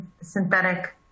synthetic